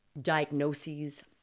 diagnoses